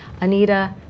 Anita